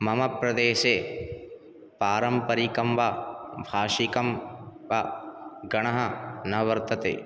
मम प्रदेसे पारम्परिकं वा भाषिकं वा गणः न वर्तते परन्तु